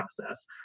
process